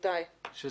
הסיכום הוא שנתיים.